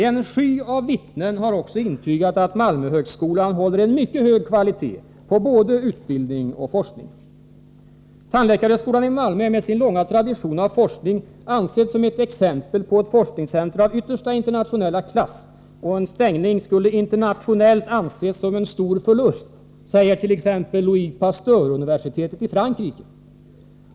En sky av vittnen har också intygat att Malmöhögskolan håller en mycket hög kvalitet på både utbildning och forskning. Tandläkarhögskolan i Malmö är med sin långa tradition av forskning ansedd som ett exempel på ett forskningscenter av yppersta internationella klass och en stängning skulle internationellt anses som en stor förlust, säger t.ex. Louis Pasteur-universitetet i Frankrike.